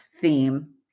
theme